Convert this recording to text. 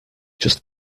just